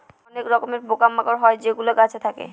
অনেক রকমের পোকা মাকড় হয় যেগুলো গাছে থাকে